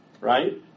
right